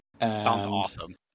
awesome